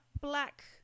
black